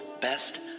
best